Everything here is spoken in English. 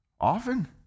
often